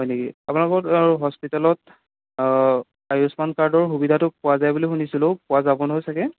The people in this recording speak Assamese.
হয় নেকি আপোনালোকৰ হস্পিটেলত আয়ুস্মান কাৰ্ডৰ সুবিধাটো পোৱা যায় বুলি শুনিছিলোঁ পোৱা যাব নহয় চাগে